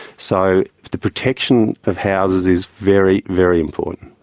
so the protection of houses is very, very important.